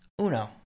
uno